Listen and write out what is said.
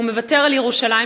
הוא מוותר על ירושלים,